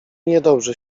niedobrze